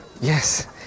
Yes